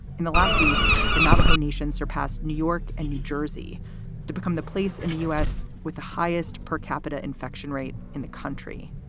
in the last week, the navajo nation surpassed new york and new jersey to become the place in the u s. with the highest per capita infection rate in the country.